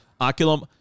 Oculum